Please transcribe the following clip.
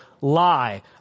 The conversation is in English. lie